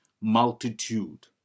multitude